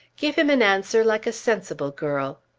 give him an answer like a sensible girl.